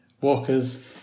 Walkers